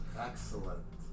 Excellent